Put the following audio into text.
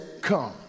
come